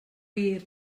wir